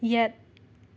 ꯌꯦꯠ